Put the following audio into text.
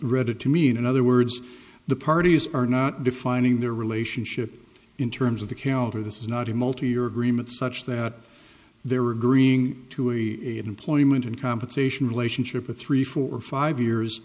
read it to mean in other words the parties are not defining their relationship in terms of the calendar this is not a multiyear agreement such that they were agreeing to a employment and compensation relationship of three four or five years